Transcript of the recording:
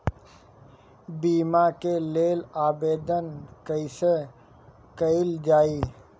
बीमा के लेल आवेदन कैसे कयील जाइ?